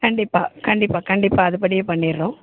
கண்டிப்பாக கண்டிப்பாக கண்டிப்பாக அதுபடியே பண்ணிடறோம்